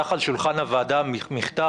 הסיפור של הרשויות המקומיות גם נבחן,